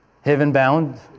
heaven-bound